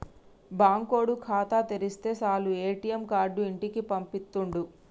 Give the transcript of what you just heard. బాంకోడు ఖాతా తెరిస్తె సాలు ఏ.టి.ఎమ్ కార్డు ఇంటికి పంపిత్తుండు